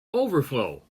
overflow